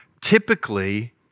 typically